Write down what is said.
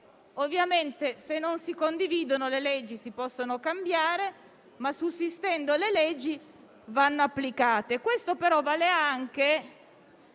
perché se non si condividono le leggi si possono cambiare, ma sussistendo, le stesse vanno applicate. Questo, però, vale anche